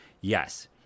yes